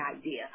idea